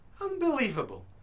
Unbelievable